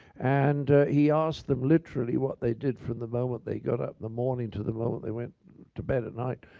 and he asked them literally, what they did from the moment they got up in the morning to the moment they went to bed at night.